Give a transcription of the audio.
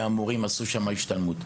שגם עשו שם את ההשתלמות.